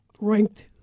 ranked